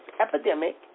epidemic